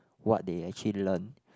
what they actually learn